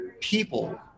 people